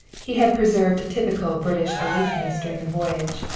he had preserved a typically british aloofness during the voyage,